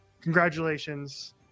Congratulations